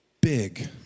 big